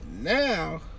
now